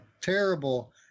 terrible